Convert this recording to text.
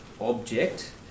object